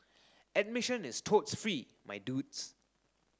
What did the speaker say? admission is totes free my dudes